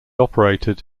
operated